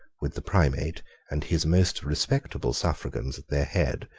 with the primate and his most respectable suffragans at their head,